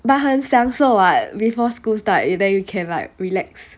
but 很享受 [what] before school start you then you can like relax